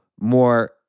more